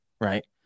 right